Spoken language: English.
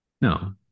No